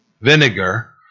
vinegar